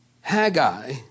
Haggai